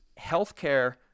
Healthcare